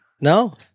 No